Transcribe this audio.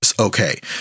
okay